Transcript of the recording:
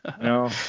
No